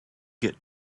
get